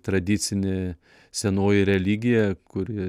tradicinė senoji religija kuri